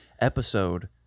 episode